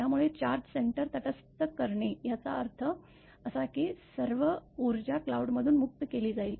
त्यामुळे charge centre तटस्थ करणे याचा अर्थ असा की सर्व ऊर्जा क्लाउडमधून मुक्त केली जाईल